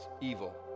evil